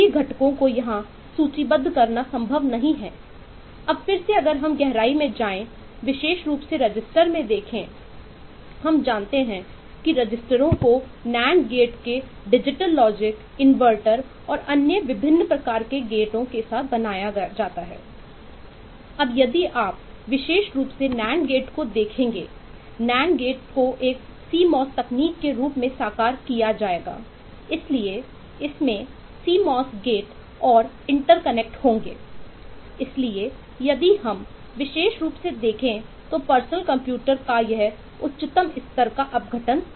हम जानते हैं कि आमतौर पर रजिस्टरों को नेन्ड गेट का यह उच्चतम स्तर का अपघटन था